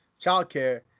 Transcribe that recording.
childcare